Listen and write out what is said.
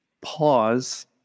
pause